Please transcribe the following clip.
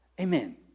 Amen